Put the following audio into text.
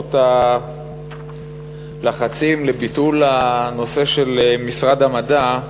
לאפשרות הלחצים לביטול משרד המדע,